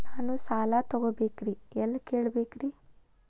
ನಾನು ಸಾಲ ತೊಗೋಬೇಕ್ರಿ ಎಲ್ಲ ಕೇಳಬೇಕ್ರಿ?